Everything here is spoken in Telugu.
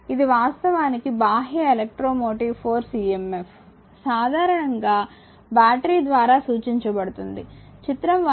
ఇది వాస్తవానికి బాహ్య ఎలక్ట్రోమోటివ్ ఫోర్స్ emf సాధారణంగా బ్యాటరీ ద్వారా సూచించబడుతుంది చిత్రం 1